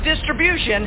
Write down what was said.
distribution